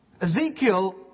Ezekiel